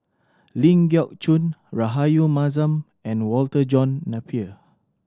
Ling Geok Choon Rahayu Mahzam and Walter John Napier